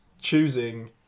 choosing